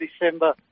December